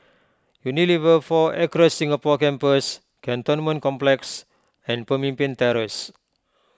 Unilever four Acres Singapore Campus Cantonment Complex and Pemimpin Terrace